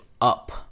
up